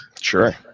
Sure